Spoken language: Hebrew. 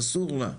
אסור לה.